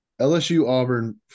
LSU-Auburn